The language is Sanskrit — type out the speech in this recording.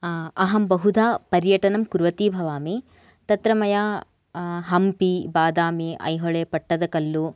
अहं बहुधा पर्यटनं कुर्वति भवामि तत्र मया हम्पि बादामि ऐहोले पट्टदकल्लु